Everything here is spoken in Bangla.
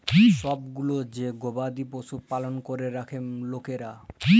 ছব গুলা যে গবাদি পশু পালল ক্যরে রাখ্যে লকরা